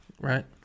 right